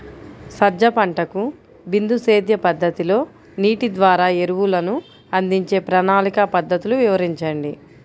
సజ్జ పంటకు బిందు సేద్య పద్ధతిలో నీటి ద్వారా ఎరువులను అందించే ప్రణాళిక పద్ధతులు వివరించండి?